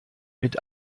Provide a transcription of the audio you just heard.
mit